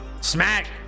smack